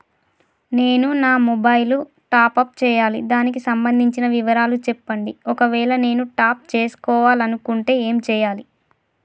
నేను నా mobile top up చేయాలి దానికి సంబంధించిన వివరాలు చెప్పండి ఒకవేళ నేను టాప్ చేసుకోవాలనుకుంటే ఏం చేయాలి?